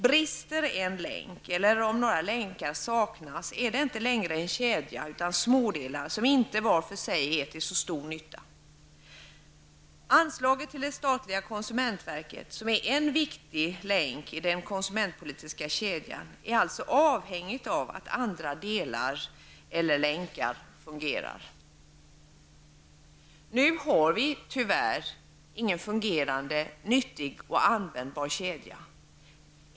Brister en länk, eller saknas några länkar, är det inte längre en kedja utan smådelar som var för sig inte är till så stor nytta. Anslaget till det statliga konsumentverket -- som är en viktig länk i den konsumentpolitiska kedjan -- är alltså avhängigt av att andra delar eller länkar fungerar. Nu har vi tyvärr ingen fungerande nyttig och användbar kedja.